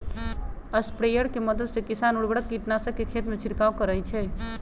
sprayer के मदद से किसान उर्वरक, कीटनाशक के खेतमें छिड़काव करई छई